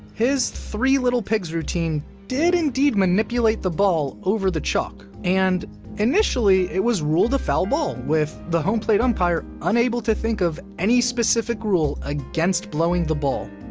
his three little pigs routine did indeed manipulate the ball over the chalk. and initially, it was ruled a foul ball, with the home plate umpire unable to think of any specific rule against blowing the ball.